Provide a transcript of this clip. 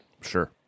Sure